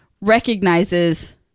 recognizes